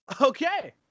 Okay